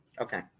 Okay